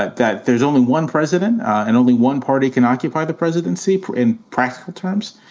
that that there's only one president, and only one party can occupy the presidency in practical terms.